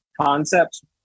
concepts